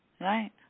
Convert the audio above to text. Right